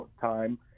time